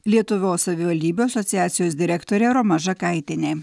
lietuvos savivaldybių asociacijos direktorė roma žakaitienė